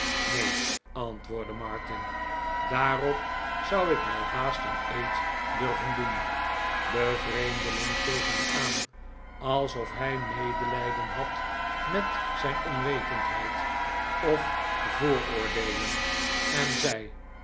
neen antwoordde martin daarop zou ik wel haast een eed durven doen de vreemdeling keek hem aan alsof hij medelijden had met zijn onwetendheid of vooroordeelen en zei